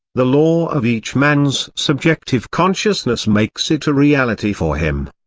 the law of each man's subjective consciousness makes it a reality for him.